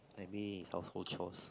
any household chores